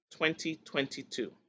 2022